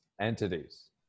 entities